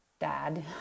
dad